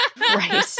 Right